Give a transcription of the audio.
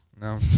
No